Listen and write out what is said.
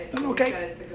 Okay